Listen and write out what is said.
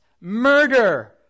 murder